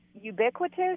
ubiquitous